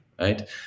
right